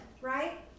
right